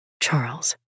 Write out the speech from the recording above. Charles